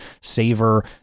savor